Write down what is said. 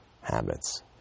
habits